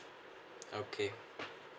okay